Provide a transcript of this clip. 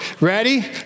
ready